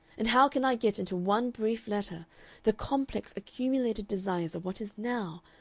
and how can i get into one brief letter the complex accumulated desires of what is now,